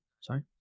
Sorry